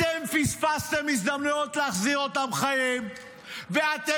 אתם פספסתם הזדמנויות להחזיר אותם חיים ואתם,